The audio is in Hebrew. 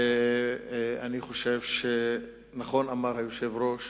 אני חושב שנכון אמר היושב-ראש,